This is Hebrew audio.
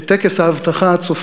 בטקס ההבטחה הצופית,